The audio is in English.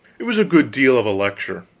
it was a good deal of a lecture,